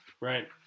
Right